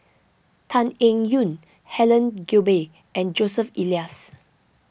Tan Eng Yoon Helen Gilbey and Joseph Elias